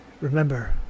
remember